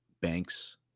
banks